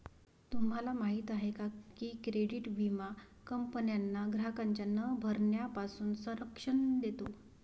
तुम्हाला माहिती आहे का की क्रेडिट विमा कंपन्यांना ग्राहकांच्या न भरण्यापासून संरक्षण देतो